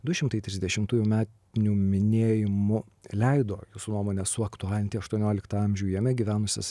du šimtai trisdešimtųjų metinių minėjimu leido jūsų nuomone suaktualinti aštuonioliktą amžių jame gyvenusias